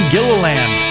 Gilliland